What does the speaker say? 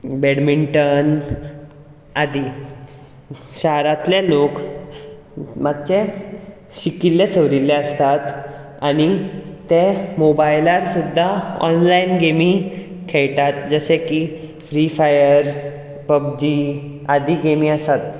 badminton आदी शारांतले लोक मातशे शिकिल्ले सवरिल्ले आसतात आनी ते मोबायलार सुद्दां ऑनलायन गेमी खेळटात जशे की फ्री फायर पब जी आदी गेमी आसात